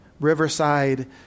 Riverside